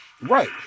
Right